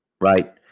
right